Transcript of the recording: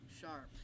sharp